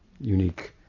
unique